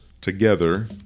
together